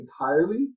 entirely